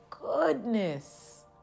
goodness